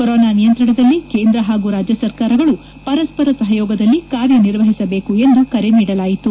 corona ನಿಯಂತಣದಲ್ಲಿ ಕೇಂದ್ರ ಹಾಗೂ ರಾಜ್ಲ ಸರ್ಕಾರಗಳು ಪರಸ್ಪರ ಸಹಯೋಗದಲ್ಲಿ ಕಾರ್ಯನಿರ್ವಹಿಸಬೇಕು ಎಂದು ಕರೆ ನೀಡಲಾಯಿತು